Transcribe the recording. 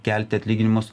kelti atlyginimus